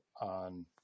on